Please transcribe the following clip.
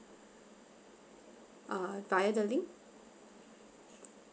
uh via the link